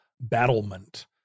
battlement